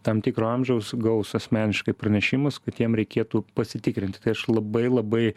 tam tikro amžiaus gaus asmeniškai pranešimus kad jiem reikėtų pasitikrinti tai aš labai labai